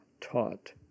taught